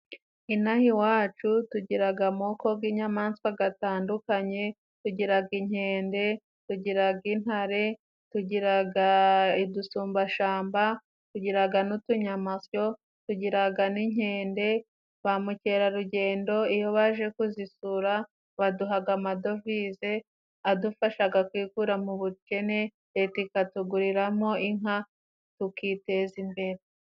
Inaha iwacu tugiraga amoko g'inyamaswa gatandukanye tugiraga inkende, kugiraga intare, tugiraga udusumbashamba, tugiraga n'utunyamasyo, tugiraga n'inkende bamukerarugendo iyo baje kuzisura baduhaga amadovize adufashaga kwikura mu bukene Leta ikatuguriramo inka tukiteza imbere.